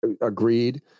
agreed